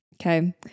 Okay